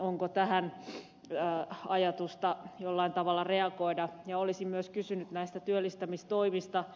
onko tähän ajatusta jollain tavalla reagoida ja olisin myös kysynyt näistä työllistämistoimista